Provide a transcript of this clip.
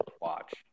watch